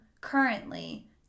currently